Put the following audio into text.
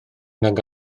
nag